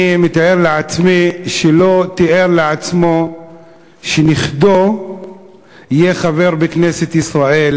אני מתאר לעצמי שהוא לא תיאר לעצמו שנכדו יהיה חבר בכנסת ישראל,